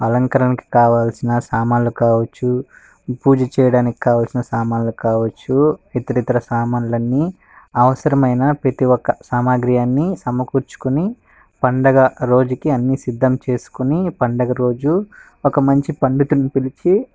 అలంకరణకి కావాల్సిన సామాన్లు కావచ్చు పూజ చేయడానికి కావలసిన సామాన్లు కావచ్చు ఇతరేతర సామానులు అన్నీ అవసరమైన ప్రతిఒక్క సామాగ్రి అన్నీ సమకూర్చుకొని పండగ రోజుకి అన్నీ సిద్ధం చేసుకుని పండగ రోజు ఒక మంచి పండితున్ని పిలిచి